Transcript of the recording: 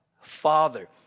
Father